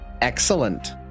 Excellent